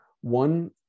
One